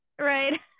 Right